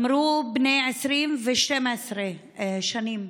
אמרו: בני 20 ו-12 שנים,